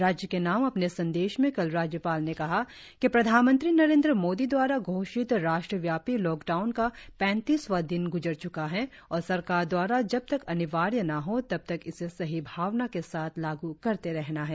राज्य के नाम अपने संदेश में कल राज्यपाल ने कहा कि प्रधानमंत्री नरेंद्र मोदी द्वारा घोषित राष्ट्रव्यापी लॉकडाउन का पैतीसवां दिन ग्जर च्का है और सरकार दवारा जब तक अनिवार्य न हो तब तक इसे सही भावना के साथ लागू करते रहना है